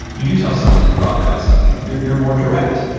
you do tell someone that you're bothered by something. you're you're more direct.